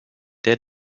der